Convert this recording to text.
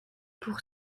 pour